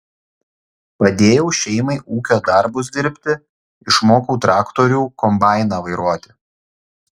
padėjau šeimai ūkio darbus dirbti išmokau traktorių kombainą vairuoti